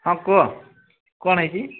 ହଁ କୁହ କ'ଣ ହୋଇଛି